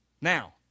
now